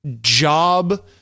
job